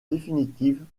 définitive